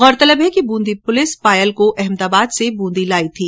गौरतलब है कि बूंदी पुलिस पायल को अहमदाबाद से बूंदी लायी थी